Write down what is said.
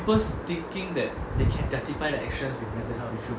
first thinking that they can justify their actions with mental health issue